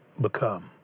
become